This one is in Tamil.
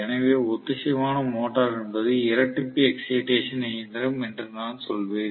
எனவே ஒத்திசைவான மோட்டார் என்பது இரட்டிப்பு எக்ஸைடேசன் இயந்திரம் என்று நான் சொல்வேன்